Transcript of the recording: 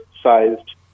sized